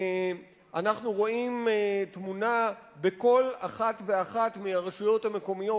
אנחנו רואים תמונה בכל אחת ואחת מהרשויות המקומיות,